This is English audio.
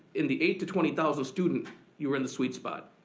in the eight to twenty thousand student you were in the sweet spot.